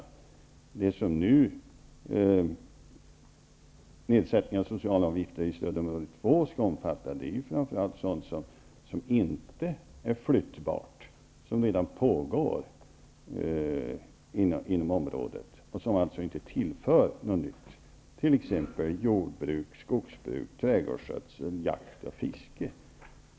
Nedsättningen av socialavgifter i stödområde 2 skall nu omfatta sådant som inte är flyttbart och som redan pågår inom området -- och som alltså inte tillför något nytt. Det gäller t.ex. jordbruk, skogsbruk, trädgårdsskötsel, jakt och fiske.